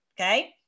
okay